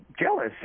jealous